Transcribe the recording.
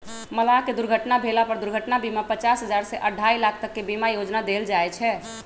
मलाह के दुर्घटना भेला पर दुर्घटना बीमा पचास हजार से अढ़ाई लाख तक के बीमा योजना देल जाय छै